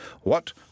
What